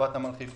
חברת נמל חיפה.